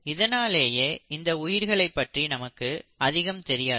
இதனாலேயே இந்த உயிரினங்களைப் பற்றி நமக்கு அதிகம் தெரியாது